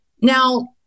Now